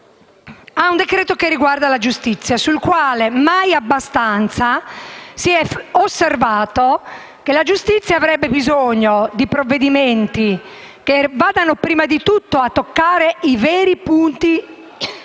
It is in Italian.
un decreto-legge riguardante la giustizia. Mai abbastanza si è osservato che la giustizia avrebbe bisogno di provvedimenti che vadano prima di tutto a toccare i veri punti